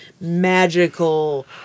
magical